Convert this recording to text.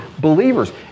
believers